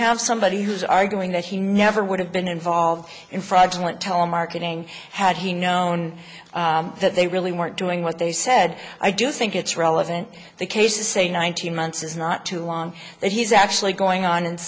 have somebody who's arguing that he never would have been involved in fraudulent telemarketing had he known that they really weren't doing what they said i do think it's relevant to the case to say nineteen months is not too long that he's actually going on and